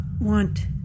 want